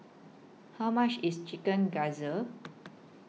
How much IS Chicken Gizzard